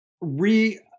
re